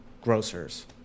grocers